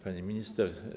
Pani Minister!